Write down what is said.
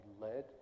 led